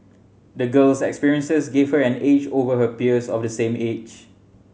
the girl's experiences gave her an edge over her peers of the same age